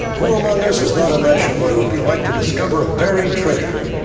who among us has not imagined what it would be like to discover a buried treasure.